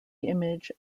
image